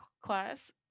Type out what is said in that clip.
Class